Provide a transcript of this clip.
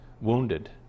wounded